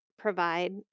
provide